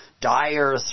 Dire